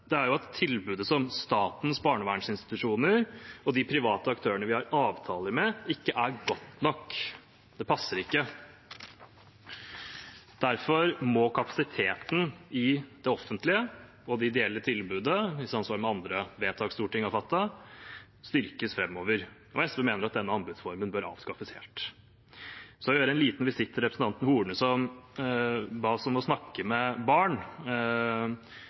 er at tilbudet til statens barnevernsinstitusjoner og de private aktørene vi har avtale med, ikke er godt nok, det passer ikke. Derfor må kapasiteten i det offentlige og det ideelle tilbudet, i samsvar med andre vedtak Stortinget har fattet, styrkes framover. SV mener at denne anbudsformen bør avskaffes helt. Så vil jeg gjøre en liten visitt til representanten Horne, som ba oss om å snakke med barn